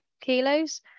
kilos